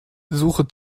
suche